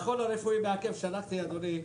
שלחתי לאדוני,